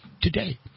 today